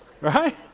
Right